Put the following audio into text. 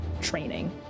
training